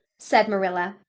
said marilla.